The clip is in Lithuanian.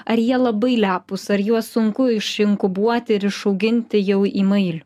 ar jie labai lepūs ar juos sunku iš inkubuoti ir išauginti jau į mailių